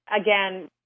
again